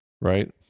right